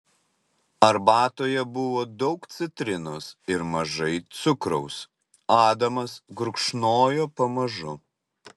arbatoje buvo daug citrinos ir mažai cukraus adamas gurkšnojo pamažu